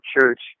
Church